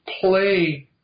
play